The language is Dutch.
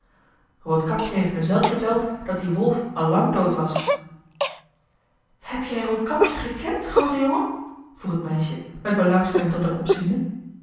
roodkapje heeft me zelf verteld dat die wolf allang dood was heb jij roodkapje gekend groote jongen vroeg het meisje met belangstelling tot hem opziende